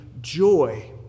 joy